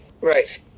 Right